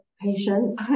patience